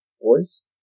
boys